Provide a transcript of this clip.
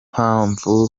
mpamvu